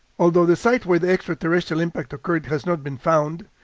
although the site where the extraterrestrial impact occurred has not been found,